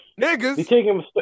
Niggas